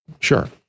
sure